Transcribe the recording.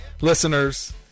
Listeners